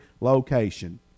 location